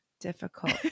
Difficult